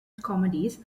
comedies